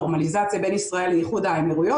נורמליזציה בין ישראל לאיחוד האמירויות,